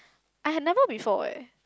I had never before eh